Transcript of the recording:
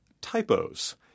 typos